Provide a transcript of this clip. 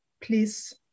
please